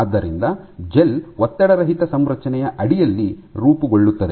ಆದ್ದರಿಂದ ಜೆಲ್ ಒತ್ತಡರಹಿತ ಸಂರಚನೆಯ ಅಡಿಯಲ್ಲಿ ರೂಪುಗೊಳ್ಳುತ್ತದೆ